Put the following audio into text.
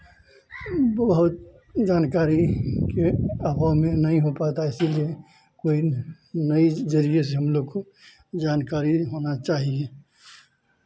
बहुत जानकारी के अभाव में नहीं हो पाता है इसलिए कोई नई जरिए से हम लोग को जानकारी होना चाहिए